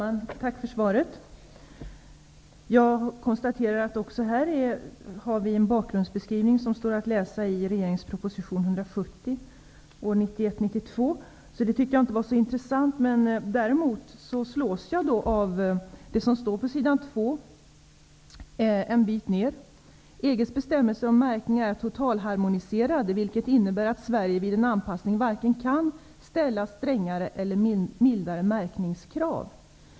Herr talman! Tack för svaret. Jag konstaterar att vi också här har en bakgrundsbeskrivning som står att läsa i regeringens proposition 1991/92:170. Jag tyckte därför inte att den var så intressant. Däremot slås jag av det som står på s. 2 i svaret, nämligen: ''EG:s bestämmelser om märkning är totalharmoniserade, vilket innebär att Sverige vid en anpassning varken kan ställa strängare eller mildare märkningskrav.''